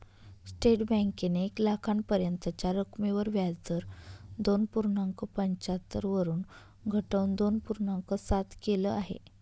state बँकेने एक लाखापर्यंतच्या रकमेवर व्याजदर दोन पूर्णांक पंच्याहत्तर वरून घटवून दोन पूर्णांक सात केल आहे